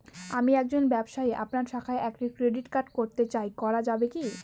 আমি একজন ব্যবসায়ী আপনার শাখায় একটি ক্রেডিট কার্ড করতে চাই করা যাবে কি?